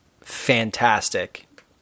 fantastic